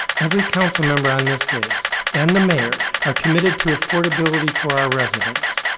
every councilmember on this dais and the mayor are committed to affordability for our residents,